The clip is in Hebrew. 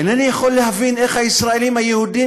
אינני יכול להבין איך הישראלים היהודים